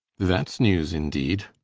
that's newes indeed